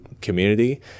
community